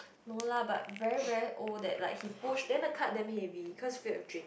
no lah but very very old that like he push then the cart damn heavy cause filled with drinks